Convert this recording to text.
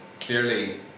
clearly